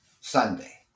Sunday